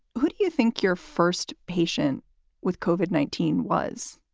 who do you think you're first patient with? kovac, nineteen was?